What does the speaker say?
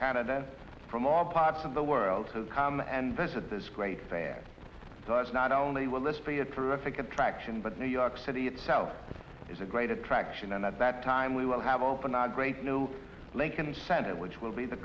canada from all parts of the world to come and visit this great bear so it's not only will this be a terrific attraction but new york city itself is a great attraction and at that time we will have open our great new lincoln center which will be the